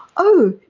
oh,